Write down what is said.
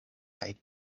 kaj